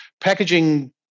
packaging